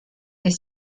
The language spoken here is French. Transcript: est